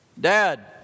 Dad